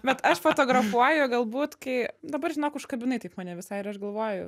bet aš fotografuoju galbūt kai dabar žinok užkabinai taip mane visai ir aš galvoju